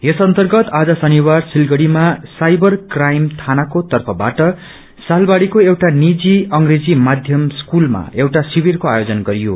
यस अर्न्तगत आज शनिवार सिलगढ़ीमा साइबर क्राइम थानाको तर्फबाट सालबाढ़ीको एउआ निजी अंग्रेजी माध्यम स्कूलमा एउआ शिविरको आयोजन गरियो